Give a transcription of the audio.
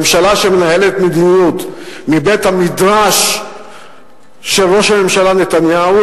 ממשלה שמנהלת מדיניות מבית-המדרש של ראש הממשלה נתניהו,